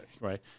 right